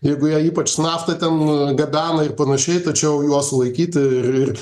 jeigu jie ypač naftą ten gabena ir panašiai tačiau juos sulaikyti ir